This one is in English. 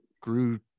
grew